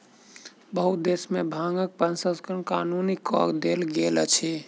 बहुत देश में भांगक प्रसंस्करण कानूनी कअ देल गेल अछि